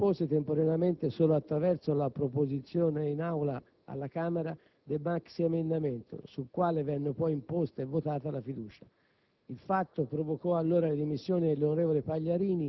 La frattura, che sembrava insanabile, si ricompose temporaneamente solo attraverso la proposizione in Aula alla Camera del maxiemendamento, sul quale venne poi imposta e votata la fiducia.